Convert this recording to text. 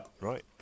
Right